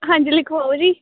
ਹਾਂਜੀ ਲਿਖਵਾਓ ਜੀ